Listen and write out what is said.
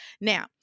Now